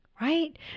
Right